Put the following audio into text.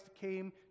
came